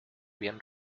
bien